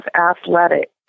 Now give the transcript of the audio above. athletic